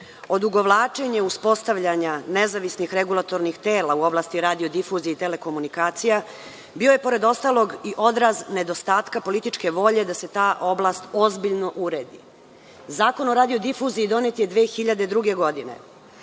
Odugovlačenje uspostavljanja nezavisnih regulatornih tela u oblasti radiodifuzije i telekomunikacija bio je, pored ostalog, i odraz nedostatka političke volje da se ta oblast ozbiljno uredi. Zakon o radiodifuziji donet je 2002. godine.